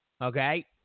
Okay